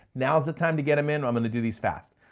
now's the time to get them in. i'm gonna do these fast.